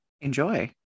Enjoy